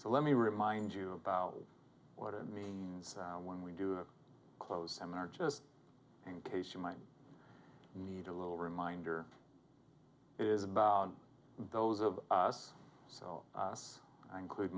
so let me remind you about what it means when we do a close some are just in case you might need a little reminder is about those of us so us i include